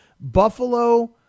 Buffalo